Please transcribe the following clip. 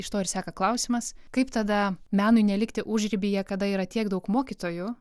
iš to ir seka klausimas kaip tada menui nelikti užribyje kada yra tiek daug mokytojų